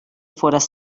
fores